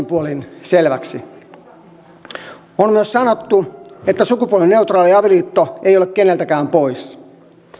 puolin selväksi on myös sanottu että sukupuolineutraali avioliitto ei ole keneltäkään pois